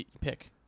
Pick